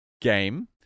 game